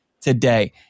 today